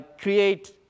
create